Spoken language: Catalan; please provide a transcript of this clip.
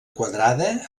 quadrada